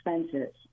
expenses